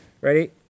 Ready